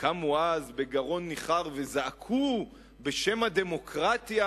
קמו אז ובגרון ניחר זעקו בשם הדמוקרטיה